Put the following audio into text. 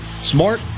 smart